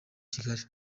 kigali